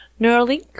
Neuralink